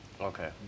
Okay